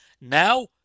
now